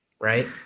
right